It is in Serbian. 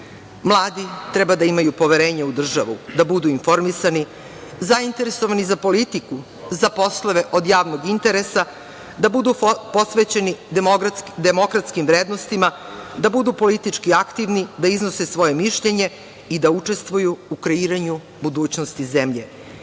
Mladi treba da imaju poverenja u državu, da budu informisani, zainteresovani za politiku, za poslove od javnog interesa, da budu posvećeni demokratskim vrednostima, da budu politički aktivni, da iznose svoje mišljenje i da učestvuju u kreiranju budućnosti zemlje.